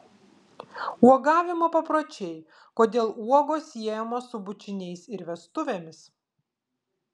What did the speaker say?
uogavimo papročiai kodėl uogos siejamos su bučiniais ir vestuvėmis